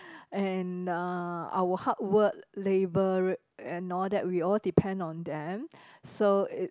and uh our hard work labour and all that we all depend on them so it